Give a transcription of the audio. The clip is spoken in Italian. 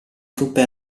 truppe